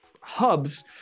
hubs